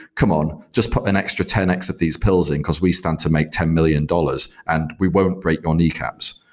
come on. just put an extra ten x of these pills in, because we stand to make ten million dollars, and we won't break your knee caps.